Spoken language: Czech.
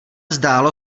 zdálo